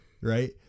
Right